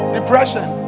Depression